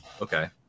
Okay